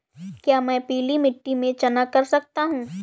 क्या मैं पीली मिट्टी में चना कर सकता हूँ?